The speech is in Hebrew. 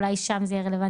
אולי שם זה יהיה רלוונטי,